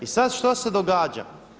I sad što se događa?